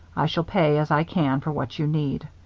i shall pay, as i can, for what you need.